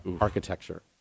architecture